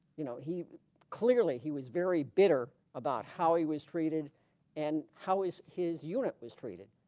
you know he clearly he was very bitter about how he was treated and how is his unit was treated